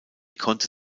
konnte